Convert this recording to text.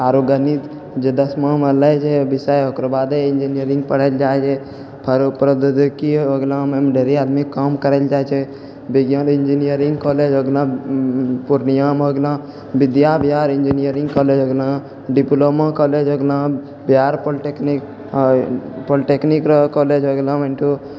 आरो गणित जे दसमामे लै छै विषय ओकर बादे इन्जिनियरिंग पढ़य ले जाइ छै प्रौद्योगिकी हो गेलौँ ओहिमे ढेरी आदमी काम करय ले जाइ छै विज्ञान इन्जिनियरिंग कॉलेज हो गेलौँ पूर्णियाँमे भऽ गेलौँ विद्या विहार इन्जिनियरिंग कॉलेज हो गेलौँ डिप्लोमा कॉलेज हो गेलौँ बिहार पॉलिटेक्निक पॉलिटेक्निक र कॉलेज हो गेलौँ इन्टर